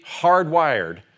hardwired